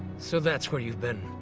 so that's where you've been.